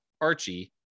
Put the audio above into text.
Archie